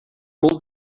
molt